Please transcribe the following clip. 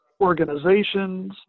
organizations